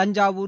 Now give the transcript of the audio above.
Thanjavur